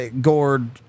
Gord